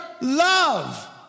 love